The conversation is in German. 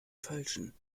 falschen